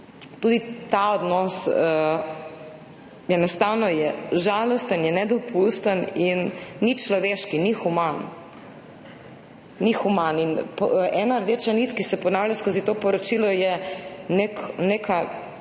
Tudi ta odnos je enostavno žalosten, je nedopusten in ni človeški, ni human. Ni human. Ena rdeča nit, ki se ponavlja skozi to poročilo, je neka